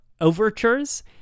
overtures